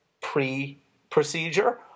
Pre-procedure